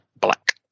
black